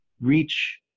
reach